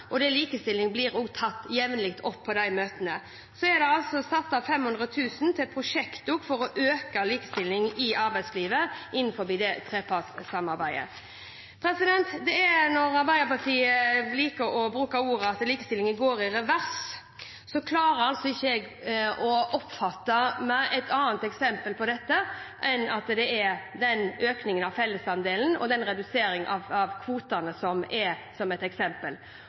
og likestilling blir tatt opp jevnlig på disse møtene. Det er satt av 500 000 kr til prosjekter for å øke likestillingen i arbeidslivet innenfor dette trepartssamarbeidet. Arbeiderpartiet liker å bruke ord som at likestillingen går i revers, og da klarer ikke jeg å oppfatte det annerledes enn at det er økningen av fellesandelen og reduseringen av kvotene som er eksempel på det. Alle andre statistikker viser at likestillingen går rett vei. Det er flere som